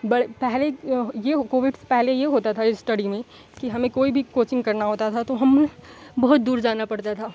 बड़े पहले ये कोविड से पहले ये होता था इस्टडी में कि हमें कोई भी कोचिंग करना होता था तो हम बहुत दूर जाना पड़ता था